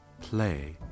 play